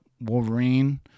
Wolverine